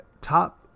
top